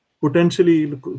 potentially